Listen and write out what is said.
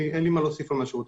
הפנים בבקשה.